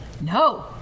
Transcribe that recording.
No